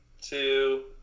two